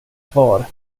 kvar